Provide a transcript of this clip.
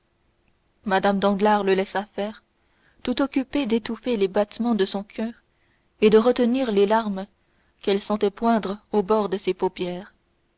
mme danglars le laissa faire tout occupée d'étouffer les battements de son coeur et de retenir les larmes qu'elle sentait poindre au bord de ses paupières